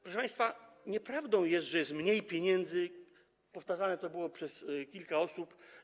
Proszę państwa, nieprawdą jest, że jest mniej pieniędzy na drogi, a powtarzane to było przez kilka osób.